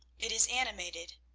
it is animated.